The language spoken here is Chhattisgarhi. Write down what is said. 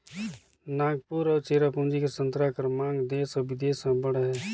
नांगपुर अउ चेरापूंजी कर संतरा कर मांग देस अउ बिदेस में अब्बड़ अहे